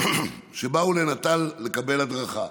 שבאו לנט"ל לקבל הדרכה.